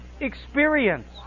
experience